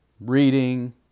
reading